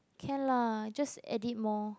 can lah just edit more